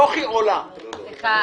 כאשר כוכי עולה לאוטובוס?